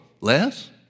Less